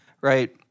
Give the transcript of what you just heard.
Right